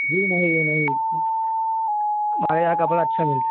जी नहीं ये नहीं हमारे यहाँ कपड़ा अच्छा मिलता है